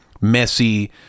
messy